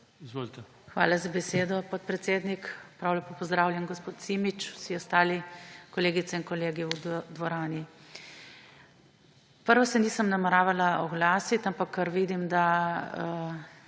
Hvala za besedo, podpredsednik. Prav lepo pozdravljeni, gospod Simič, vsi ostali kolegice in kolegi v dvorani! Najprej se nisem nameravala oglasiti, ampak ker vidim, da